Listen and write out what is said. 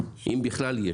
אם בכלל?